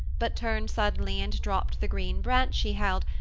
but turned suddenly and dropped the green branch she held,